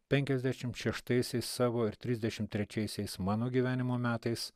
penkiasdešimt šeštaisiais savo ir trisdešimt trečiaisiais mano gyvenimo metais